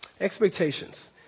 Expectations